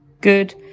good